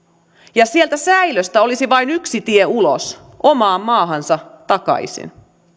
ja sieltä säilöstä olisi vain yksi tie ulos omaan maahansa takaisin